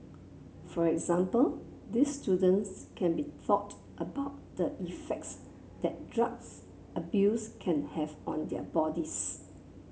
for example these students can be thought about the effects that drugs abuse can have on their bodies